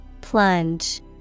Plunge